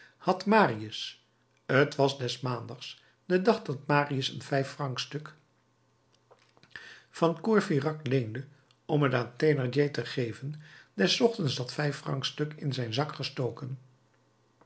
had marius t was des maandags den dag dat marius een vijffrancstuk van courfeyrac leende om t aan thénardier te geven des ochtends dat vijffrancstuk in zijn zak gestoken